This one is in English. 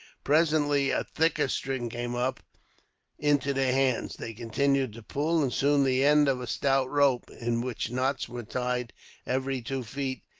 presently a thicker string came up into their hands. they continued to pull, and soon the end of a stout rope, in which knots were tied every two feet,